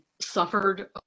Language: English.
suffered